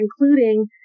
including